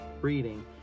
breeding